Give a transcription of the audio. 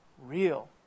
real